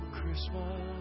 Christmas